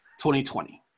2020